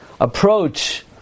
approach